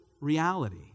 reality